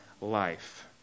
life